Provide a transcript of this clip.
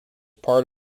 part